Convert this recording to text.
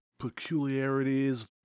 Peculiarities